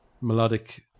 melodic